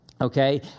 okay